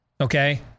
Okay